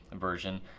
version